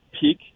peak